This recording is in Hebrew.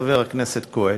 חבר הכנסת כהן,